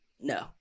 no